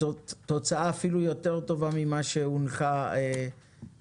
לתוצאה אפילו יותר טובה ממה שהונחה בממשלה